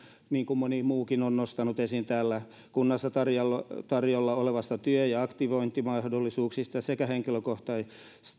niin kuin moni muukin on nostanut esiin täällä kunnassa tarjolla tarjolla olevista työ ja aktivointimahdollisuuksista sekä henkilökohtaista